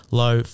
low